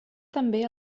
també